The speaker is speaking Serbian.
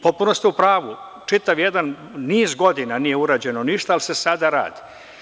Potpuno ste u pravu, čitav jedan niz godina nije urađeno ništa, ali se sada radi.